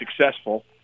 successful